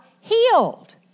healed